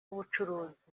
w’ubucuruzi